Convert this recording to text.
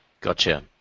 Gotcha